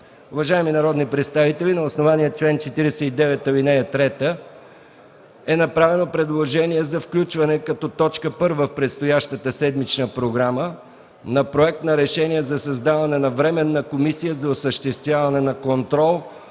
Уважаеми народни представители, на основание чл. 49, ал. 3 е направено предложение за включване като точка първа в предстоящата седмична програма на Проект на решение за създаване на Временна комисия за осъществяване на контрол